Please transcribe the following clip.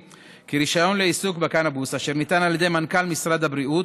שרישיון לעיסוק בקנבוס אשר ניתן על ידי מנכ"ל משרד הבריאות